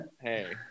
Hey